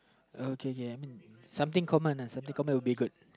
okay okay I mean something common uh something common would be good